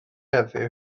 heddiw